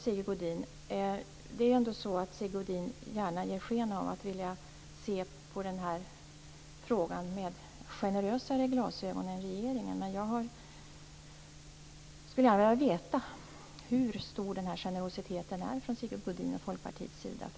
Sigge Godin ger sken av att vilja se på den här frågan med mer generösa glasögon än regeringen. Jag skulle då gärna vilja veta hur stor generositeten är från Sigge Godins och Folkpartiets sida.